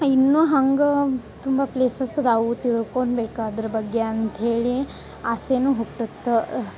ಇನ್ನು ಹಂಗೆ ತುಂಬ ಪ್ಲೇಸಸ್ ಅದಾವು ತಿಳ್ಕೊನ್ಬೇಕು ಅದ್ರ ಬಗ್ಗೆ ಅಂತ್ಹೇಳಿ ಆಸೆನು ಹುಟ್ಟತ್ತ